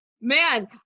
Man